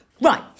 Right